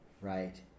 Right